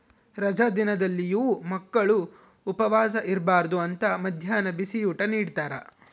ರಜಾ ದಿನದಲ್ಲಿಯೂ ಮಕ್ಕಳು ಉಪವಾಸ ಇರಬಾರ್ದು ಅಂತ ಮದ್ಯಾಹ್ನ ಬಿಸಿಯೂಟ ನಿಡ್ತಾರ